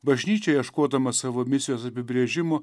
bažnyčia ieškodama savo misijos apibrėžimo